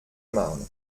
marne